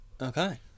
okay